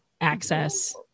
access